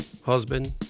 husband